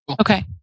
Okay